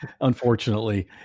unfortunately